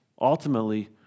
Ultimately